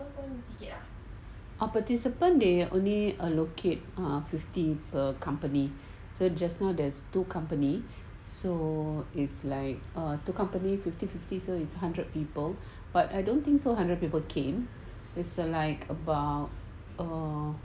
a participant they only allocate uh fifty per a company so just now there's two company so it's like err two company fifty fifty so it's two hundred people came but I don't think so hundred people came just a like about